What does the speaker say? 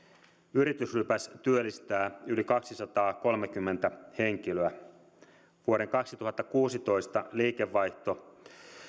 yritysrypäs työllistää yli kaksisataakolmekymmentä henkilöä vuoden kaksituhattakuusitoista liikevaihto